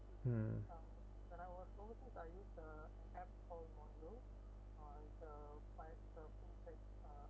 hmm